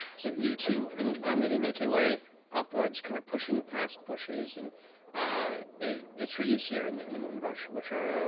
so you two and garmelie make your way upwards, kind of pushing past bushes, and ah the the trees here in the and the moonbrush, which are